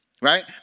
Right